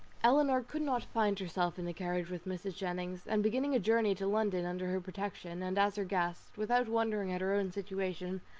elinor could not find herself in the carriage with mrs. jennings, and beginning a journey to london under her protection, and as her guest, without wondering at her own situation,